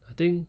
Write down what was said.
I think